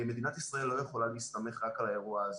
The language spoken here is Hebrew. מדינת ישראל לא יכולה להסתמך רק על האירוע הזה.